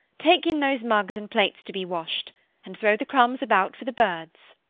take in those mugs and plates to be washed and throw the crumbs about for the birds.